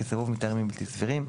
כסירוב מטעמים בלתי סבירים.